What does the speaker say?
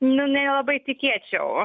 nu nelabai tikėčiau